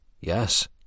Yes